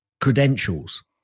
credentials